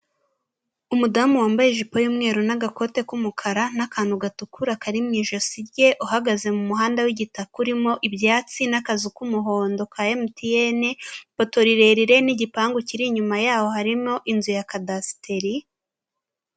Umudamu wambaye ijipo y'umweru n'agakote k'umukara n'akantu gatukura kari mu ijosi rye, uhagaze mu muhanda w'igitakaku urimo ibyatsi n'akazu k'umuhondo ka MTN, ipoto rirerire n'igipangu kiri inyuma yaho harimo inzu ya kadasiteri.